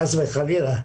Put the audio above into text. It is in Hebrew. חס וחלילה,